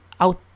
out